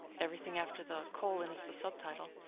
everything after the colon is the subtitle.